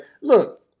Look